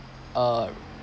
uh